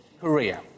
Korea